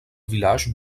village